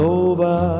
over